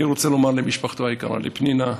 אני רוצה לומר למשפחתו היקרה, לפנינה,